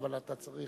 הזמן נגמר.